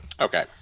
okay